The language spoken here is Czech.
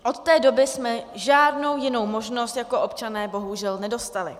Od té doby jsme žádnou jinou možnost jako občané bohužel nedostali.